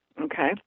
Okay